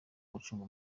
gucunga